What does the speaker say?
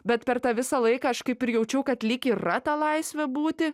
bet per tą visą laiką aš kaip ir jaučiau kad lyg yra ta laisvė būti